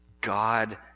God